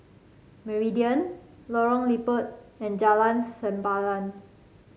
Meridian Lorong Liput and Jalan Sempadan